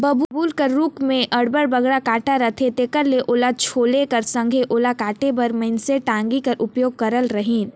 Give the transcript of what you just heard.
बबूर कर रूख मे अब्बड़ बगरा कटा रहथे तेकर ले ओला छोले कर संघे ओला काटे बर मइनसे टागी कर उपयोग करत रहिन